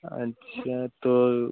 अच्छा तो